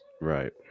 right